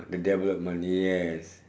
the devil of money yes